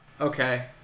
okay